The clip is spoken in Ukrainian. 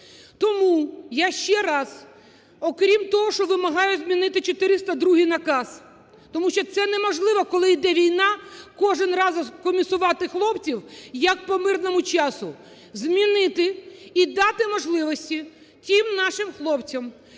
Тому я ще раз, окрім того, що вимагаю змінити 402-й наказ, тому що це неможливо, коли йде війна, кожен раз комісувати хлопців як по мирному часу, змінити і дати можливості тим нашим хлопцям,